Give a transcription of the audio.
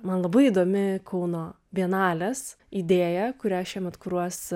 man labai įdomi kauno bienalės idėja kurią šiemet kuruos